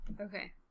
Okay